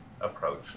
approach